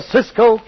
Cisco